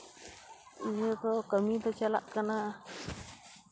ᱤᱭᱟᱹ ᱠᱚ ᱠᱟᱹᱢᱤ ᱠᱚ ᱪᱟᱞᱟᱜ ᱠᱟᱱᱟ